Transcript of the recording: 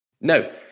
No